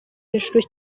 ijuru